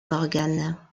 morgan